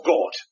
God